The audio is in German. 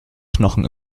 knochen